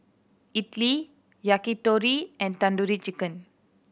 Idili Yakitori and Tandoori Chicken